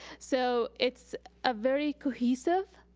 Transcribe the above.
so it's a very cohesive